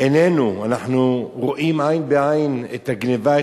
אנחנו רואים עין בעין את הגנבה,